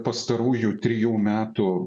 pastarųjų trijų metų